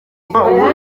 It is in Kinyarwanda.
ubu